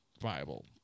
viable